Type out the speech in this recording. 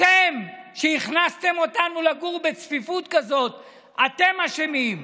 אתם, שהכנסתם אותנו לגור בצפיפות כזאת, אתם אשמים.